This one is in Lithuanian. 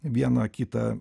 vieną kitą